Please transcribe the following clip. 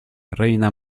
reina